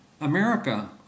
America